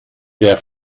der